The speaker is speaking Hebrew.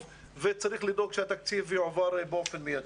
וצריך לדאוג שהתקציב יועבר באופן מיידי.